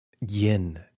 yin